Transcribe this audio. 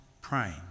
praying